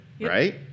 right